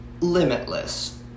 Limitless